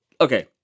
Okay